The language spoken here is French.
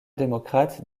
démocrate